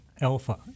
alpha